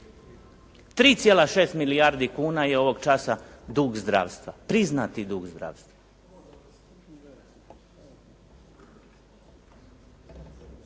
3,6 milijardi kuna je ovog časa dug zdravstva, priznati dug zdravstva.